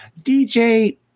DJ